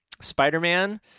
Spider-Man